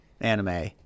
Anime